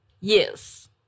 yes